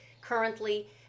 currently